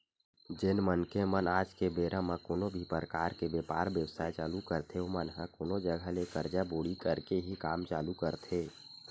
जेन मनखे मन आज के बेरा म कोनो भी परकार के बेपार बेवसाय चालू करथे ओमन ह कोनो जघा ले करजा बोड़ी करके ही काम चालू करथे